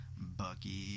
Bucky